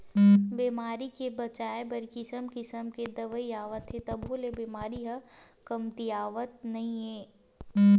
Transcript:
बेमारी ले बचाए बर किसम किसम के दवई आवत हे तभो ले बेमारी ह कमतीयावतन नइ हे